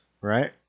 right